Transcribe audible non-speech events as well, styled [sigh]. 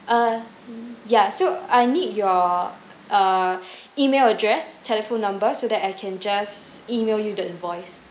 uh yeah so I need your err [breath] email address telephone number so that I can just email you the invoice